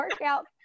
workout